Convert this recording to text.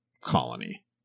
colony